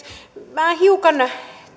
minä hiukan